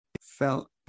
felt